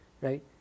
Right